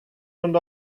und